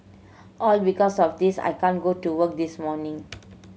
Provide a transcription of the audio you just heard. all because of this I can't go to work this morning